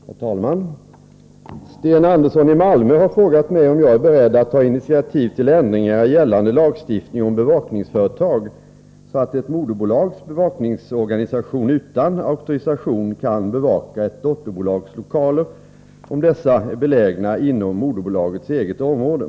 Herr talman! Sten Andersson i Malmö har frågat mig om jag är beredd att ta initiativ till ändringar i gällande lagstiftning om bevakningsföretag, så att ett moderbolags bevakningsorganisation utan auktorisation kan bevaka ett dotterbolags lokaler, om dessa är belägna inom moderbolagets eget område.